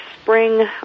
spring